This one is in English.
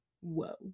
whoa